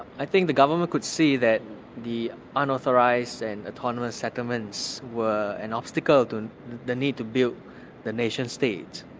i think the government could see that the unauthorised and autonomous settlements were an obstacle to and the need to build the nation-state.